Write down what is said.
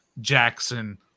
Jackson